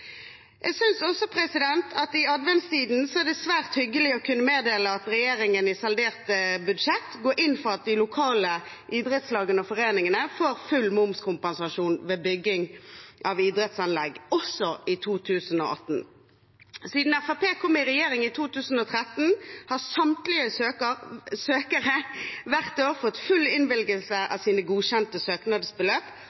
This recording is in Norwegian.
Jeg synes også at det i adventstiden er svært hyggelig å kunne meddele at regjeringen i saldert budsjett går inn for at de lokale idrettslagene og foreningene får full momskompensasjon ved bygging av idrettsanlegg også i 2018. Siden Fremskrittspartiet kom i regjering i 2013, har samtlige søkere hvert år fått full innvilgelse